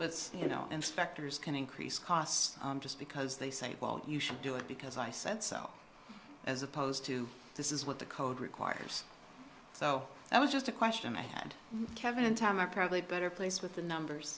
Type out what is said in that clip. but you know inspectors can increase costs just because they say well you should do it because i said so as opposed to this is what the code requires so that was just a question i had kevin and tom are probably a better place with the numbers